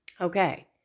Okay